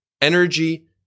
energy